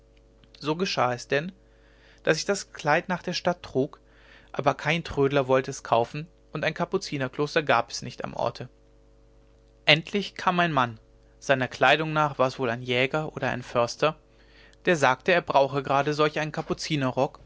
so geschah es denn daß ich das kleid nach der stadt trug aber kein trödler wollte es kaufen und ein kapuzinerkloster gab es nicht am orte endlich kam ein mann seiner kleidung nach war's wohl ein jäger oder ein förster der sagte er brauche gerade solch einen